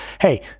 Hey